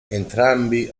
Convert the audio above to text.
entrambi